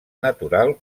natural